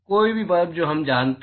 कोई भी ब्लब जो हम जानते हैं